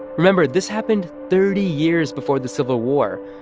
remember, this happened thirty years before the civil war.